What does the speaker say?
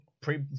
Pre